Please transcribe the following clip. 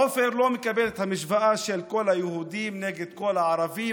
עופר לא מקבל את המשוואה של כל היהודים נגד כל הערבים,